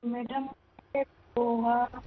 madam poha